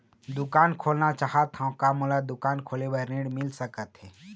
दुकान खोलना चाहत हाव, का मोला दुकान खोले बर ऋण मिल सकत हे?